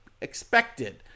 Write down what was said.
expected